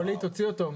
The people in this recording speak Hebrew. ווליד, תוציא אותו.